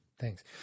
thanks